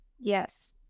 Yes